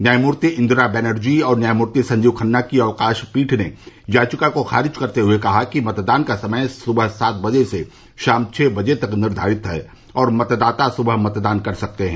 न्यायमूर्ति इंदिरा बनर्जी और न्यायमूर्ति संजीव खन्ना की अवकाश पीठ ने याचिका को खारिज करते हुए कहा कि मतदान का समय सुबह सात बजे से शाम छह बजे तक निर्धारित है और मतदाता सुबह मतदान कर सकते हैं